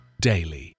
daily